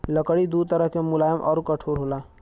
लकड़ी दू तरह के मुलायम आउर कठोर होला